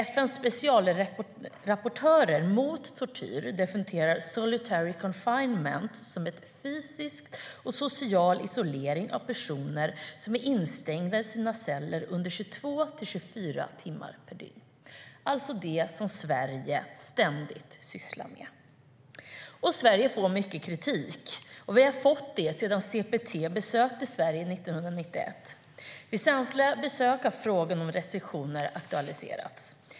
FN:s specialrapportörer mot tortyr definierar solitary confinement som en fysisk och social isolering av personer som är instängda i sina celler under 22-24 timmar per dygn. Det är vad Sverige ständigt sysslar med. Sverige får mycket kritik, och vi har fått det sedan CPT besökte Sverige 1991. Vid samtliga besök har frågan om restriktioner aktualiserats.